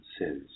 says